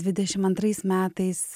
dvidešim antrais metais